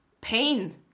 pain